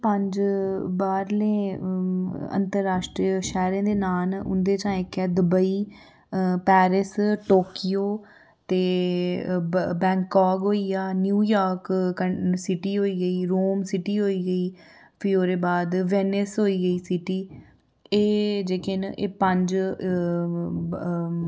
पंज बाह्रले अंतरराश्ट्री शैह्रें दे नांऽ न उं'दे चा इक ऐ दुबेई पैरिस टोक्यो ते बै बैंगकॉक होई गेआ न्यूयार्क कन सिटी होई गेई रोम सिटी होई गेई फ्ही ओह्दे बाद वेनिस होई गेई सिटी एह् जेह्कियां न एह् पंज